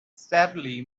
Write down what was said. sadly